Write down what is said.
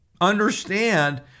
understand